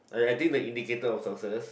I I think the indicator of success